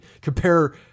compare